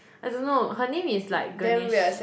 I don't know her name is like Ganesh